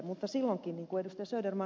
mutta silloinkin niin kuin ed